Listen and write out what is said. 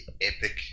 epic